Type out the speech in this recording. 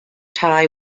thai